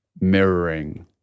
mirroring